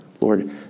Lord